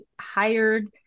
hired